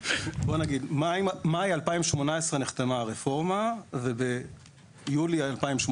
במאי 2018 נחתמה הרפורמה וביולי 2018